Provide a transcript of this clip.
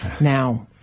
Now